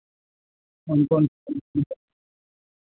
कौन कौन सी कंपनी का